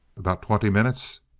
about twenty minutes.